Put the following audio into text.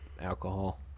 alcohol